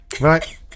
Right